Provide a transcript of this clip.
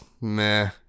meh